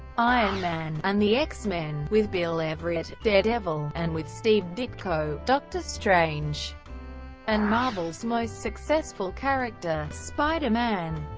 iron man, and the x-men with bill everett, daredevil and with steve ditko, doctor strange and marvel's most successful character, spider-man,